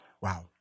Wow